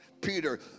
Peter